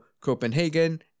Copenhagen